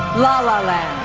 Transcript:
la la